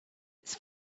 its